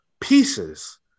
pieces